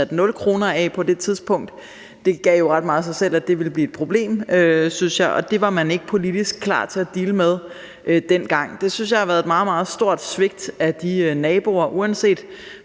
sat 0 kr. af til det på det tidspunkt. Det gav ret meget sig selv, at det ville blive et problem, synes jeg, og det var man ikke politisk klar til at deale med dengang. Det synes jeg har været et meget, meget stort svigt af de naboer, og uanset